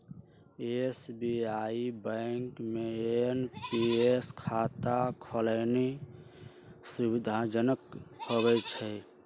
SBI bank में NPS खता खोलेनाइ सुविधाजनक होइ छइ